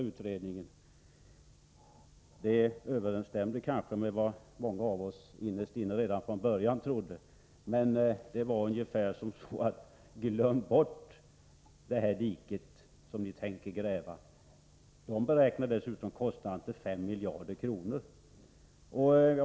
Utredningens svar överensstämde kanske med vad många av oss redan från början innerst inne trodde: Glöm bort det dike som ni tänker gräva! Jag vill tillägga att kostnaden beräknades till 5 miljarder kronor.